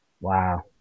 Wow